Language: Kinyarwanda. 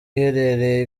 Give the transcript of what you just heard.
iherereye